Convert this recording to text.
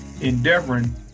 endeavoring